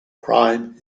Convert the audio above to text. crime